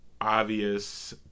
obvious